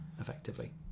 effectively